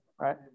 right